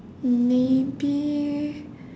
maybe